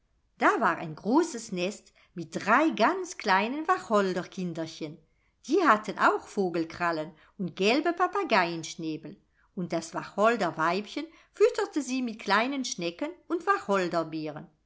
da war ein großes nest mit drei ganz kleinen wacholderkinderchen die hatten auch vogelkrallen und gelbe papageienschnäbel und das wacholderweibchen fütterte sie mit kleinen schnecken und wacholderbeeren